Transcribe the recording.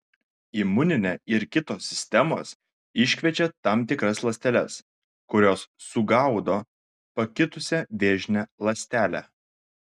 imuninė ir kitos sistemos iškviečia tam tikras ląsteles kurios sugaudo pakitusią vėžinę ląstelę